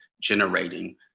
generating